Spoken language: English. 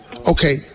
Okay